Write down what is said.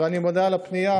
אני מודה על הפנייה,